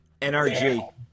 NRG